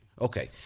Okay